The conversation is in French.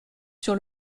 sur